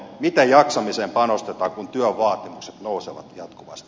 miten jaksamiseen panostetaan kun työn vaatimukset nousevat jatkuvasti